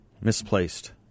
Misplaced